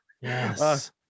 Yes